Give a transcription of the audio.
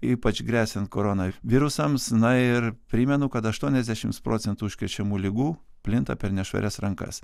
ypač gresian koronavirusams na ir primenu kad aštuoniasdešims procentų užkrečiamų ligų plinta per nešvarias rankas